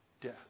death